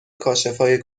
کاشفای